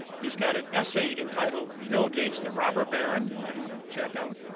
he's got an essay entitled bill gates the robber baron you might want to check out.